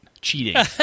Cheating